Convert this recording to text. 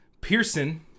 pearson